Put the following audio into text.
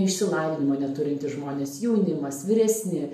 išsilavinimo neturintys žmonės jaunimas vyresni